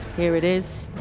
here it is.